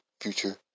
Future